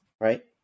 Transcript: right